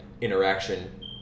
interaction